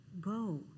Go